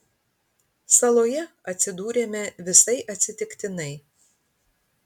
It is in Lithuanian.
saloje atsidūrėme visai atsitiktinai